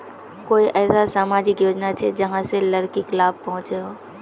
कोई ऐसा सामाजिक योजना छे जाहां से लड़किक लाभ पहुँचो हो?